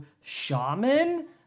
shaman